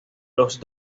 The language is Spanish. los